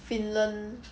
Finland